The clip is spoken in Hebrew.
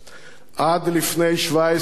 עד לפני 17 שנה